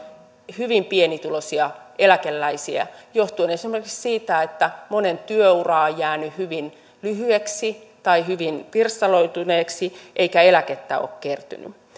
hyvin pienituloisia eläkeläisiä johtuen esimerkiksi siitä että monen työura on jäänyt hyvin lyhyeksi tai hyvin pirstaloituneeksi eikä eläkettä ole kertynyt